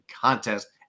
contest